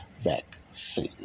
vaccine